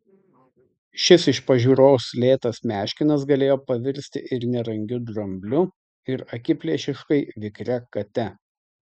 šis iš pažiūros lėtas meškinas galėjo pavirsti ir nerangiu drambliu ir akiplėšiškai vikria kate